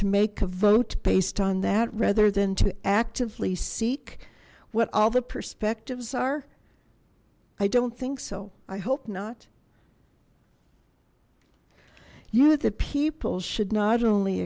to make a vote based on that rather than to actively seek what all the perspectives are i don't think so i hope not you the people should not only